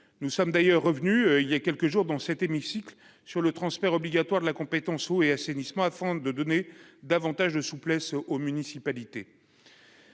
Nous sommes d'ailleurs revenus, voilà quelques jours, dans cet hémicycle, sur le transfert obligatoire de la compétence eau et assainissement, afin de donner davantage de souplesse aux municipalités.